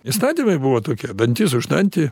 įstatymai buvo tokie dantis už dantį